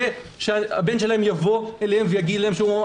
מזה שהבן שלהם יבוא אליהם ויגיד להם שהוא הומו.